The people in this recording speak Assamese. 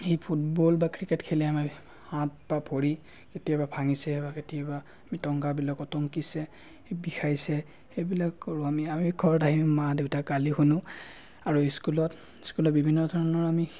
সেই ফুটবল বা ক্ৰিকেট খেলি আমাৰ হাত বা ভৰি কেতিয়াবা ভাঙিছে বা কেতিয়াবা টংকা বিলাকত টংকিছে বিষাইছে সেইবিলাক কৰোঁ আমি আমি ঘৰত আহি মা দেউতাৰ গালি শুনো আৰু স্কুলত স্কুলত বিভিন্ন ধৰণৰ আমি